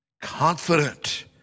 confident